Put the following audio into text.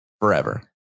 forever